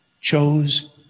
chose